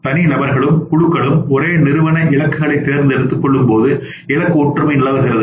தனிநபர்களும் குழுக்களும் ஒரே நிறுவன இலக்குகளை தேர்ந்தெடுத்து கொள்ளும்போது இலக்கு ஒற்றுமை நிலவுகிறது